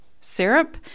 syrup